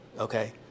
okay